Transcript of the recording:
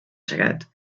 segat